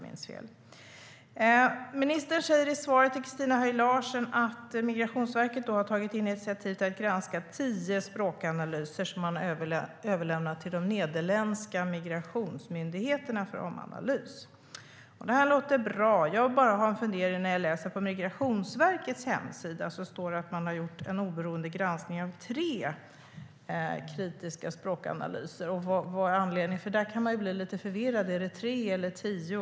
Ministern säger i svaret till Christina Höj Larsen att Migrationsverket har tagit initiativ till att granska tio språkanalyser, som har överlämnats till de nederländska migrationsmyndigheterna för omanalys. Det låter bra. Men på Migrationsverkets hemsida står det att det har gjorts en oberoende granskning av tre kritiska språkanalyser. Man kan bli lite förvirrad. Är det tre eller tio?